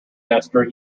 esther